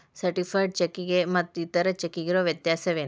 Certified ಚೆಕ್ಕಿಗೆ ಮತ್ತ್ ಇತರೆ ಚೆಕ್ಕಿಗಿರೊ ವ್ಯತ್ಯಸೇನು?